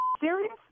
serious